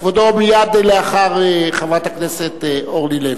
כבודו מייד לאחר חברת הכנסת אורלי לוי.